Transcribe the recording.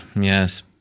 yes